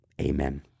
amen